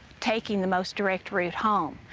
taking the most direct route home.